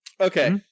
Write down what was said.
Okay